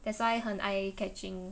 that's why 很 eye catching